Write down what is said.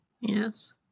Yes